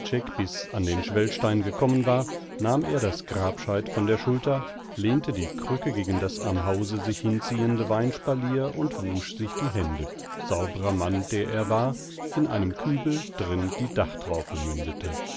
an den schwellstein gekommen war nahm er das grabscheit von der schulter lehnte die krücke gegen das am hause sich hinziehende weinspalier und wusch sich die hände saubrer mann der er war in einem kübel drin die dachtraufe mündete